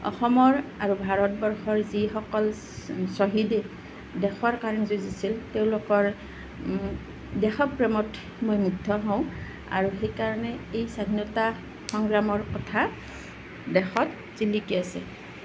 অসমৰ আৰু ভাৰতবৰ্ষৰ যিসকল শ্ৱহীদে দেশৰ কাৰণে যুঁজিছিল তেওঁলোকৰ দেশ প্ৰেমত মই মুগ্ধ হওঁ আৰু সেই কাৰণে এই স্বাধীনতা সংগ্ৰামৰ কথা দেশত জিলিকি আছে